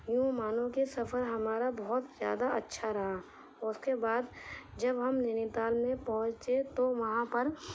یوں مانو کہ سفر ہمارا بہت زیادہ اچھا رہا اس کے بعد جب ہم نینی تال میں پہنچے تو وہاں پر